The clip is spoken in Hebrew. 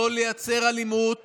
לא לייצר אלימות